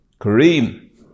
Kareem